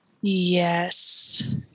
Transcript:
yes